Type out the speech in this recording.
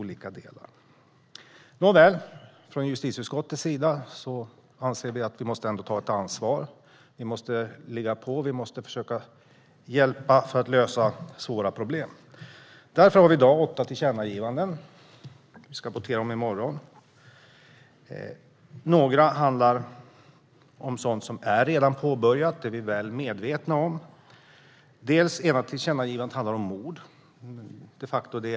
Vi i justitieutskottet anser att vi måste ta ansvar. Vi måste ligga på och hjälpa till för att lösa svåra problem. Därför har vi i dag åtta tillkännagivanden, vilka vi ska votera om i morgon. Några handlar om sådant som redan är påbörjat, och det är vi väl medvetna om. Ett av tillkännagivandena handlar om mord.